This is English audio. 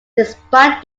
despite